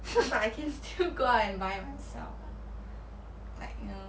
which doesn't mean you need which doesn't mean you can depend on yourself